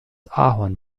ahorn